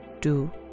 two